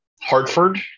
Hartford